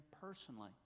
personally